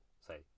say